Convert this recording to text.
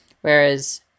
Whereas